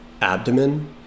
abdomen